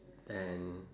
than